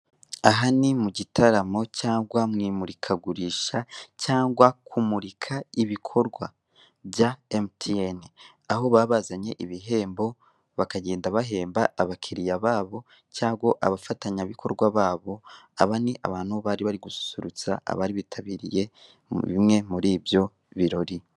Aha ni mu gitaramo cyangwa mu imurikagurisha cyangwa kumurika ibikorwa bya Emutiyeni, aho baba bazanye ibihembo, bakagenda bahemba abakiriya babo cyangwa abafatanyabikorwa babo, aba ni abantu bari bari gususurutsa abari bitabiriye bimwe muri ibyo birori.